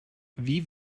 wie